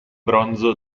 bronzo